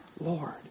Lord